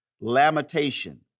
lamentation